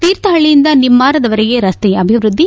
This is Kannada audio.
ತೀಥಹಳ್ಳಯಿಂದ ನಿಮ್ಮಾರದವರೆಗೆ ರಸ್ತೆ ಅಭಿವೃದ್ಧಿ